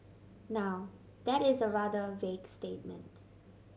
now that is a rather vague statement